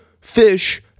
fish